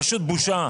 זה פשוט בושה.